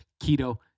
keto